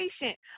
patient